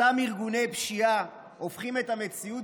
אותם ארגוני פשיעה הופכים את המציאות